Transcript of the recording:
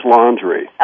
Laundry